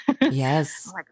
yes